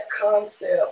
concept